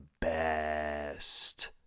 best